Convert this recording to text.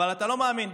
אבל אתה לא מאמין.